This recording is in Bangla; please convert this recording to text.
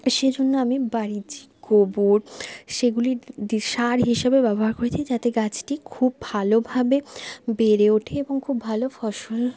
সে জন্য আমি বাড়ির যে গোবর সেগুলির সার হিসেবেও ব্যবহার করেছি যাতে গাছটি খুব ভালোভাবে বেড়ে ওঠে এবং খুব ভালো ফসল